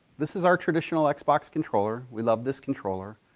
this is our traditional like xbox controller. we love this controller,